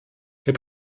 herr